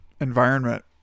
environment